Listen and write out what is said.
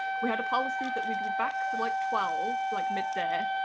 we had a policy that we'd be back for like twelve, like mid-day.